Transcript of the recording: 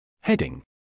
Heading